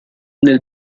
nel